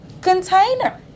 container